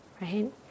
right